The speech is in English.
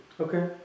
okay